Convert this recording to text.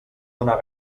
donar